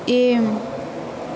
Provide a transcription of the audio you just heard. M